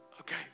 Okay